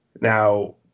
now